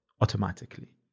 automatically